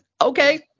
Okay